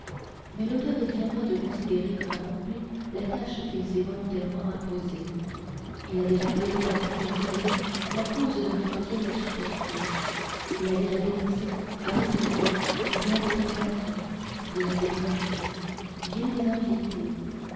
mais l'auteur est bien loin de considérer comme accomplie la tâche qu'il s'est volontairement imposée il a déjà plaidé dans plus d'une occasion la cause de notre vieillie architecture il a déjà dénoncé à haute voix bien des profanations bien des démolitions bien des impiétés